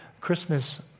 Christmas